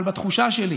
אבל בתחושה שלי,